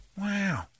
Wow